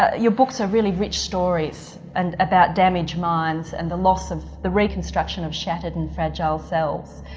ah your books are really rich stories and about damaged minds and the loss of the reconstruction of shattered and fragile selves.